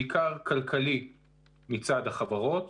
בעיקר כלכלי מצד החברות.